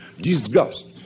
Disgust